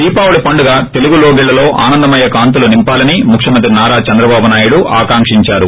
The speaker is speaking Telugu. దీపావళి పండగ తెలుగు లోగిళ్లలో ఆనందమయ కాంతులు నింపాలని ముఖ్యమంత్రి నారా చంద్రబాబు నాయుడు ఆకాంకించారు